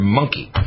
monkey